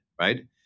right